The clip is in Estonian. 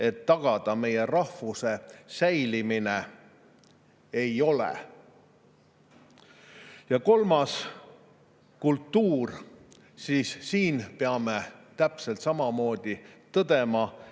et tagada meie rahvuse säilimine, ei ole. Ja kolmas, kultuur. Siin peame täpselt samamoodi tõdema,